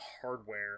hardware